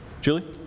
Julie